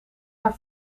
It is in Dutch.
haar